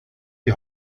die